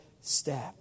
step